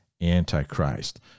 Antichrist